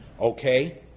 Okay